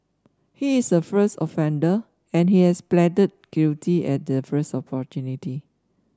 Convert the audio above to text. he is a first offender and he has pleaded guilty at the first opportunity